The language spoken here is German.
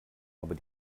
aber